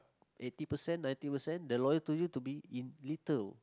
eighty percent ninety percent they are loyal to you to be in little